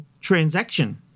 transaction